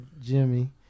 Jimmy